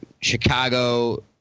Chicago